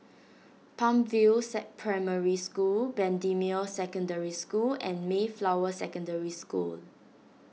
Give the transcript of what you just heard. Palm View set Primary School Bendemeer Secondary School and Mayflower Secondary School